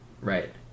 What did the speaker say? right